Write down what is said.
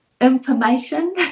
information